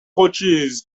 coaches